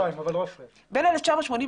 בואו נזכור,